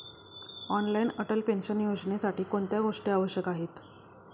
Online Atal pension योजनेसाठी कोणत्या गोष्टी आवश्यक आहेत?